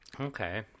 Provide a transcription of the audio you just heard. okay